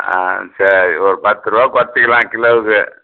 ஆ சரி ஒரு பத்து ரூவா குறச்சிக்கலாம் கிலோவுக்கு